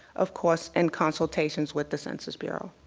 of course in consultation with the census bureau.